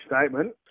statement